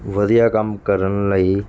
ਵਧੀਆ ਕੰਮ ਕਰਨ ਲਈ